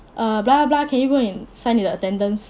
uh blah blah blah can you go and sign in the attendance